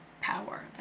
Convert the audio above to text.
power